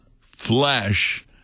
flesh